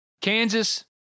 kansas